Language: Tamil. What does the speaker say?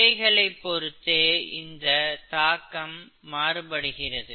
இவைகளைப் பொறுத்தே இந்த தாக்கம் மாறுபடுகிறது